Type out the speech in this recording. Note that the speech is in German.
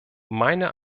meine